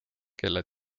kelle